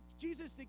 Jesus